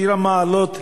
"שיר המעלות לדוד,